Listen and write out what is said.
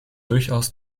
durchaus